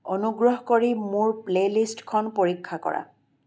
অনুগ্ৰহ কৰি মোৰ প্লে'লিষ্টখন পৰীক্ষা কৰা